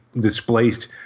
displaced